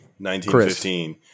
1915